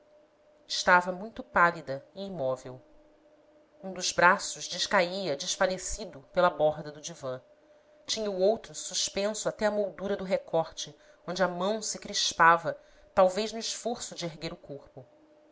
estava muito pálida e imóvel um dos braços descaía desfalecido pela borda do divã tinha o outro suspenso até à moldura do recorte onde a mão se crispava talvez no esforço de erguer o corpo